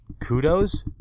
kudos